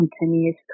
continuous